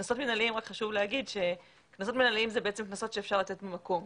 חשוב להגיד שקנסות מינהליים הם קנסות שאפשר לתת במקום.